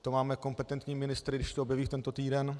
To máme kompetentní ministry, když to objeví v tento týden!